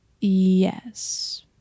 Yes